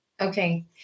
Okay